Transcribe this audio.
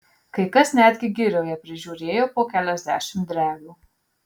kai kas netgi girioje prižiūrėjo po keliasdešimt drevių